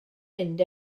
mynd